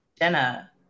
Jenna